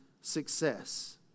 success